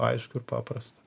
aišku ir paprasta